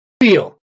feel